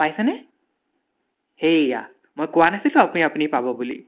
পাইছেনে সেয়া মই কোৱা নাছিলো আপুনি আপুনি পাব বুলি